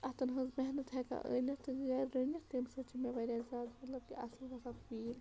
اَتھن ہٕنٛز محنت ہٮ۪کان أنِتھ یا رٔنِتھ تَمہِ سۭتۍ مےٚ واریاہ زیادٕ مطلب کہِ اَصٕل گژھان فیٖل